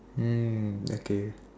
mm okay